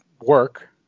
work